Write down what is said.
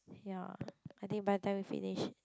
yea I think by time we finish